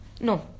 No